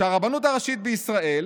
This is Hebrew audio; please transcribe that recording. שהרבנות הראשית בישראל